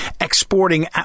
exporting